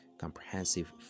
comprehensive